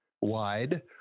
wide